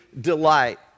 delight